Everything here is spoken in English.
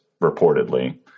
reportedly